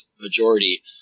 majority